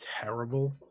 terrible